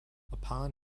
upon